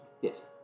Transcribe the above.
Yes